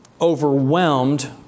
overwhelmed